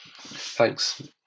Thanks